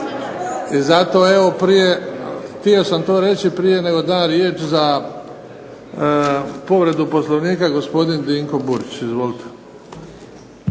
I zato evo prije, htio sam to riječi, prije nego dam riječ za povredu Poslovnika gospodin Dinko Burić. Izvolite.